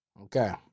Okay